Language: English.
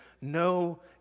no